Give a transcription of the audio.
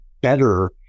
better